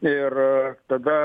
ir tada